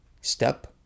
Step